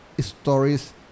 stories